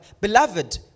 beloved